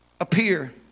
Appear